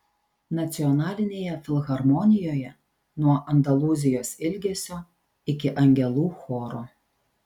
nacionalinėje filharmonijoje nuo andalūzijos ilgesio iki angelų choro